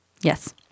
Yes